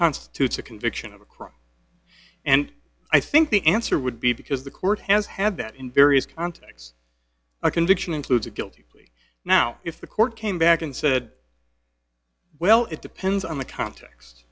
constitutes a conviction of a crime and i think the answer would be because the court has had that in various contexts a conviction includes a guilty now if the court came back and said well it depends on the context